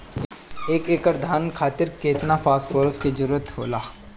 एक एकड़ धान खातीर केतना फास्फोरस के जरूरी होला?